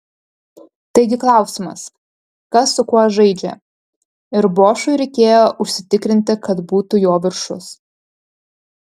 taigi klausimas kas su kuo žaidžia ir bošui reikėjo užsitikrinti kad būtų jo viršus